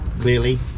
clearly